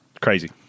crazy